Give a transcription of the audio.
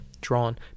drawn